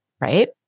right